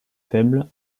faible